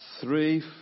Three